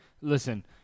Listen